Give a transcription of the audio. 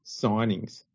signings